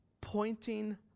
pointing